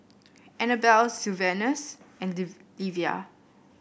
Anabel Sylvanus and Livia